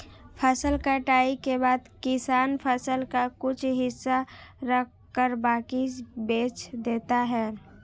फसल कटाई के बाद किसान फसल का कुछ हिस्सा रखकर बाकी बेच देता है